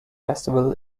festival